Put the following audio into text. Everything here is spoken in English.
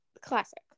classic